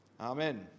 Amen